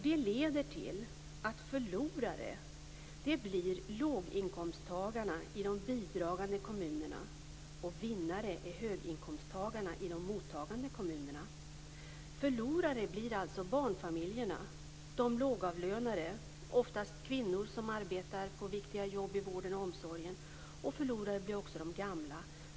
Det leder till att förlorare blir låginkomsttagarna i de bidragande kommunerna, och vinnare är höginkomsttagarna i de mottagande kommunerna. Förlorare blir alltså barnfamiljerna, de lågavlönade, oftast kvinnor som har viktiga jobb i vården och omsorgen. Förlorare blir också de gamla.